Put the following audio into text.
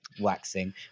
waxing